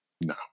no